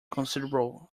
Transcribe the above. considerable